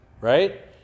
Right